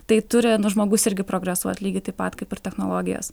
tai turi nu žmogus irgi progresuot lygiai taip pat kaip ir technologijos